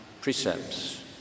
precepts